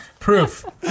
Proof